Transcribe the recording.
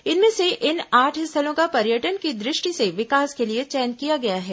इनमें से इन आठ स्थलों का पर्यटन की दृष्टि से विकास के लिए चयन किया गया है